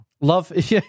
Love